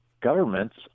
governments